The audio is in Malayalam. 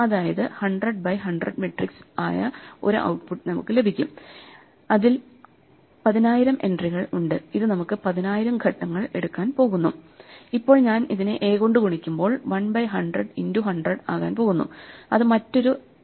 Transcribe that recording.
അതായത് 100 ബൈ 100 മെട്രിക്സ് ആയ ഒരു ഔട്ട് പുട്ട് നമുക്ക് ലഭിക്കും അതിൽ 10000 എൻട്രികൾ ഉണ്ട് ഇത് നമുക്ക് 10000 ഘട്ടങ്ങൾ എടുക്കാൻ പോകുന്നു ഇപ്പോൾ ഞാൻ ഇതിനെ A കൊണ്ട് ഗുണിക്കുമ്പോൾ 1 ബൈ 100 ഇന്റു 100 ആകാൻ പോകുന്നു അത് മറ്റൊരു 10000 സ്റ്റെപ്സ് ആണ്